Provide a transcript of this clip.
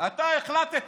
אתה החלטת